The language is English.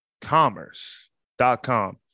commerce.com